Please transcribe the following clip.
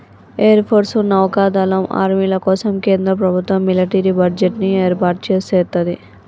air force, నౌకా దళం, ఆర్మీల కోసం కేంద్ర ప్రభుత్వం మిలిటరీ బడ్జెట్ ని ఏర్పాటు సేత్తది